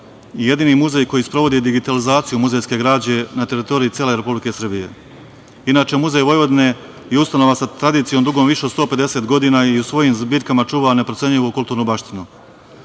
jedini muzej koji sprovodi digitalizaciju muzejske građe na teritoriji cele Republike Srbije. Inače, Muzej Vojvodine je ustanova sa tradicijom dugom više od 150 godina i u svojim zbirkama čuva neprocenjivu kulturnu